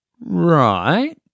Right